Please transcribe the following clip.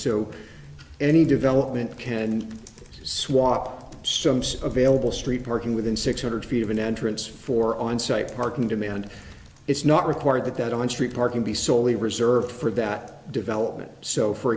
so any development can swap stumps available street parking within six hundred feet of an entrance for on site parking demand it's not required that that on street parking be solely reserved for that development so for